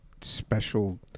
Special